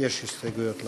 יש הסתייגויות לחוק.